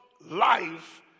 life